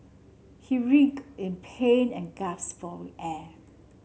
he writhed in pain and gasped for air